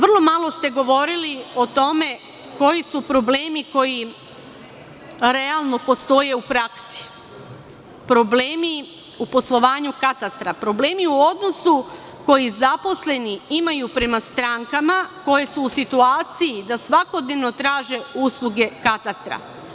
Vrlo malo ste govorili o tome koji su problemi koji realno postoje u praksi, problemi u poslovanju katastra, problemi u odnosu koji zaposleni imaju prema strankama koje su u situaciji da svakodnevno traže usluge katastra.